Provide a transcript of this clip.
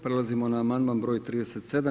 Prelazimo na amandman br. 37.